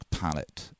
palette